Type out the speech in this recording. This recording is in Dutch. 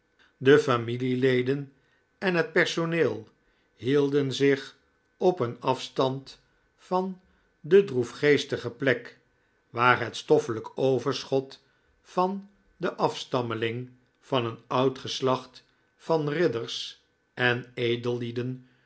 de familieleden en het personeel hidden zich op een afstand van de droefgeestige plek waar het stoffelijk overschot van den afstammeling van een oud geslacht van ridders en edellieden